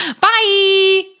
Bye